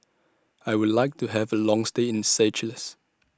I Would like to Have A Long stay in Seychelles